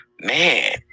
Man